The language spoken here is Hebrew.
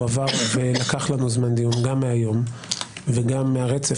הוא עבר ולקח לנו זמן דיון גם מהיום וגם מהרצף